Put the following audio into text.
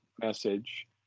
message